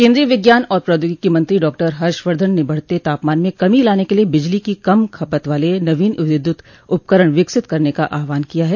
केन्द्रीय विज्ञान और प्रौद्योगिकी मंत्री डॉक्टर हर्षवर्धन ने बढ़त तापमान में कमी लाने के लिए बिजली की कम खपत वाले नवीन विद्युत उपकरण विकसित करने का आहवान किया है